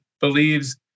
believes